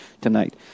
tonight